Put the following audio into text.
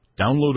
Download